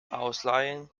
ausleihen